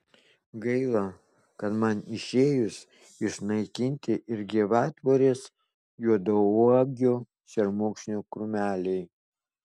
gaila kad man išėjus išnaikinti ir gyvatvorės juodauogio šermukšnio krūmeliai